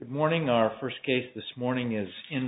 morning our first case this morning is in